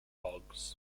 boggs